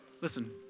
listen